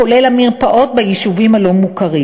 כולל המרפאות ביישובים הלא-מוכרים.